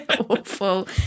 Awful